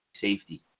safety